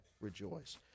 rejoice